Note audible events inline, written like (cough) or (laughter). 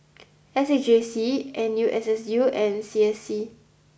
(noise) S A J C N U S S U and C S C